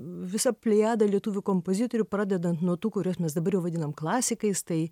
visa plejada lietuvių kompozitorių pradedant nuo tų kuriuos mes dabar jau vadinam klasikais tai